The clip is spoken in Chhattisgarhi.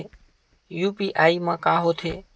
यू.पी.आई मा का होथे?